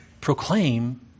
Proclaim